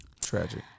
Tragic